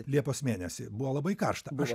liepos mėnesį buvo labai karšta aš